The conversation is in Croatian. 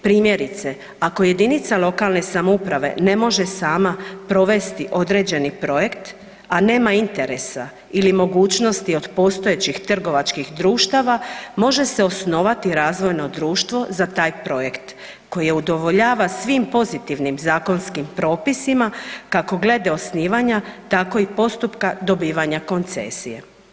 Primjerice, ako jedinica lokalne samouprave ne može sama provesti određeni projekt a nema interesa ili mogućnosti od postojećih trgovačkih društava, može se osnovati razvojno društvo za taj projekt koji udovoljava svim pozitivnim zakonskim propisima kako glede osnivanja, tako i postupka dobivanja koncesije.